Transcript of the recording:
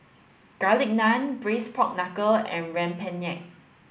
garlic naan braised pork knuckle and Rempeyek